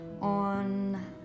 on